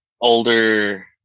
older